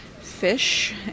fish